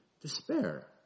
despair